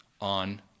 on